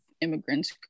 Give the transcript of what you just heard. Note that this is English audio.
immigrants